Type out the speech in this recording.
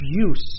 abuse